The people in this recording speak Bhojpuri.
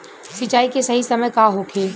सिंचाई के सही समय का होखे?